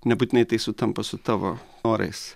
nebūtinai tai sutampa su tavo norais